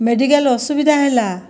medical ଅସୁବିଧା ହେଲା